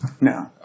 No